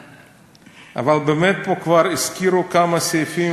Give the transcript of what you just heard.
אבל באמת פה כבר הזכירו כמה סעיפים,